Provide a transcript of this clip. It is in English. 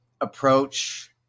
approach